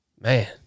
Man